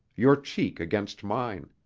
your cheek against mine.